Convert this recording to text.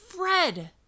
Fred